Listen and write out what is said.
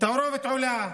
התערובת עולה,